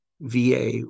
VA